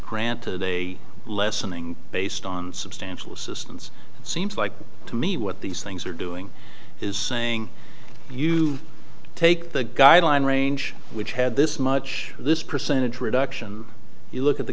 granted a lessening based on substantial assistance seems like to me what these things are doing is saying you take the guideline range which had this much this percentage reduction you look at the